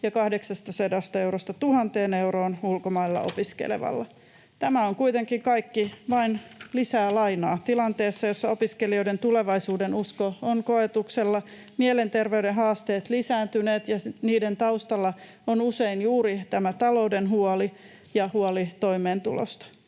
ja 800 eurosta 1 000 euroon ulkomailla opiskelevalla. Tämä on kuitenkin kaikki vain lisää lainaa tilanteessa, jossa opiskelijoiden tulevaisuudenusko on koetuksella ja mielenterveyden haasteet lisääntyneet, ja niiden taustalla on usein juuri tämä huoli taloudesta ja huoli toimeentulosta.